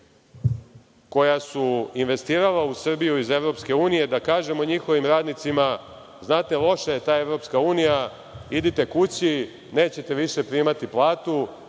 koji su investirali u Srbiju iz EU, da kažemo njihovim radnicima – znate, loša je EU, idite kući, nećete više primati platu,